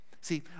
see